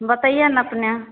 बतैऐ ने अपने